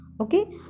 Okay